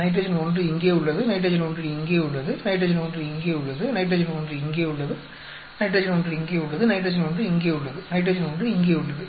nitrogen 1 இங்கே உள்ளது nitrogen 1 இங்கே உள்ளது நைட்ரஜன் 1 இங்கே உள்ளது நைட்ரஜன் 1 இங்கே உள்ளது நைட்ரஜன் 1 இங்கே உள்ளது நைட்ரஜன் 1 இங்கே உள்ளது நைட்ரஜன் 1 இங்கே உள்ளது